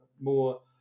more